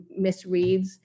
misreads